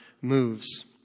moves